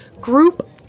Group